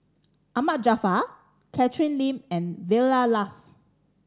Ahmad Jaafar Catherine Lim and Vilma Laus